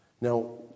Now